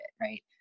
Right